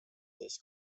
this